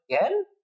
again